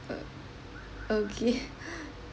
okay